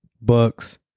Bucks